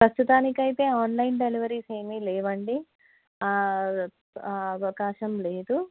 ప్రస్తుతానికైతే online deliveries ఏమీ లేవండి అవకాశం లేదు